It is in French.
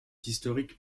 historique